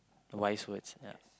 the wise words ya